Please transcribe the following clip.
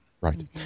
right